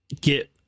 get